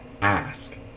ask